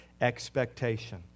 expectation